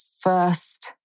first